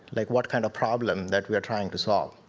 like what kind of problem that we are trying to solve.